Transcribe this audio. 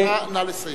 נא לסיים.